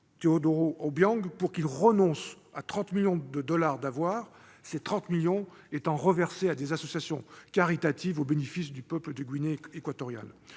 Teodorin Obiang pour qu'il renonce à 30 millions de dollars d'avoirs qui seront reversés à des associations caritatives au bénéfice du peuple de Guinée équatoriale.